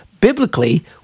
biblically